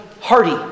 hearty